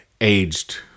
aged